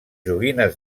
joguines